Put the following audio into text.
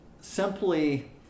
simply